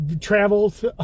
travels